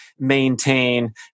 maintain